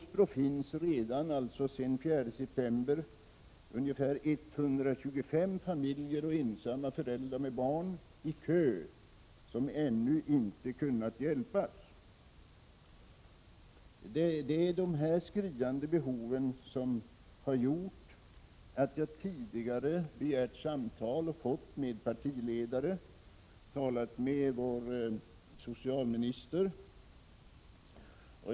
Sedan den 4 september finns det redan ungefär 125 familjer och ensamma föräldrar med barn som ännu inte har kunnat få hjälp och står i kö till Åsbro. Det är dessa skriande behov som har gjort att jag tidigare har begärt och fått samtal med partiledare. Jag har talat med vår socialminister.